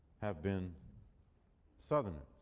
have been southerners.